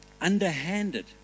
underhanded